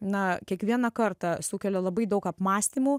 na kiekvieną kartą sukelia labai daug apmąstymų